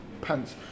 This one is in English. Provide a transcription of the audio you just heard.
pants